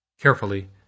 Carefully